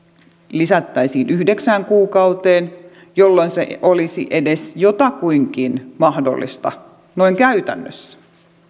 lisättäisiin yhdeksään kuukauteen jolloin se olisi edes jotakuinkin mahdollista noin käytännössä